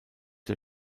der